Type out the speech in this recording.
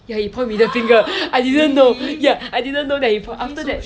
ya he point middle finger I didn't know ya I didn't know that he point after that